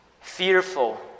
fearful